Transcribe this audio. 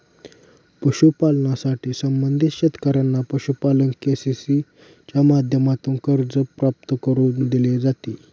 पशुपालनाशी संबंधित शेतकऱ्यांना पशुपालन के.सी.सी च्या माध्यमातून कर्ज प्राप्त करून दिले जाते